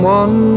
one